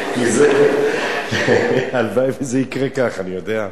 בנושא, הלוואי שזה יקרה ככה, אני יודע?